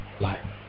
life